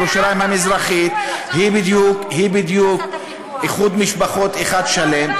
ירושלים המזרחית, היא בדיוק איחוד משפחות שלם.